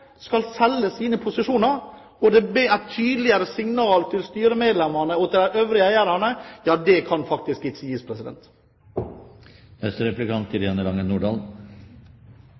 skal selge sine posisjoner. Et tydeligere signal til styremedlemmene og til de øvrige eierne kan faktisk ikke gis.